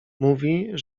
mówi